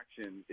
action